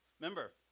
Remember